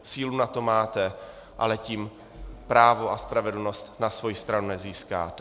Sílu na to máte, ale tím právo a spravedlnost na svoji stranu nezískáte.